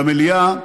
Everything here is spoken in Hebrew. במליאה,